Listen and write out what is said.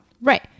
Right